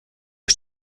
der